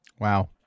Wow